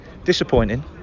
Disappointing